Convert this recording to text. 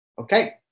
Okay